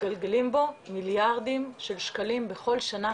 מתגלגלים בו מיליארדים של שקלים בכל שנה,